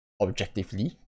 objectively